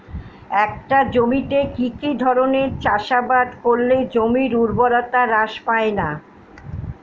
একটা জমিতে কি কি ধরনের চাষাবাদ করলে জমির উর্বরতা হ্রাস পায়না?